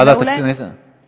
ועדת הכנסת, שהיא תקים את הוועדה.